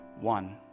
one